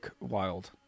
Wild